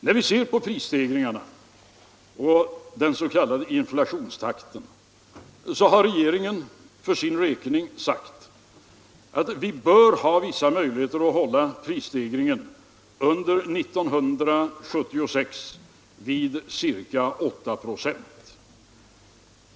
När det gäller prisstegringarna och den s.k. inflationstakten har regeringen för sin del sagt att vi bör ha vissa möjligheter att hålla prisstegringen under 1976 vid ca 8 96.